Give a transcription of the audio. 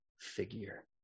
figure